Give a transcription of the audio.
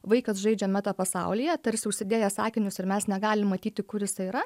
vaikas žaidžia meta pasaulyje tarsi užsidėjęs akinius ir mes negalim matyti kur jisai yra